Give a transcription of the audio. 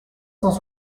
cent